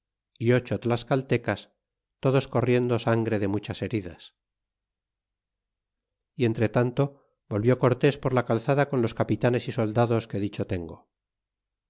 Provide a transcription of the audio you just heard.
y ocho tlascaltecas todos corriendo sangre de muchas heridas y entretanto volvió cortes por la calzada con los capitanes y soldados que di cho tengo